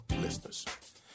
listeners